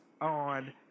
on